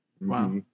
Wow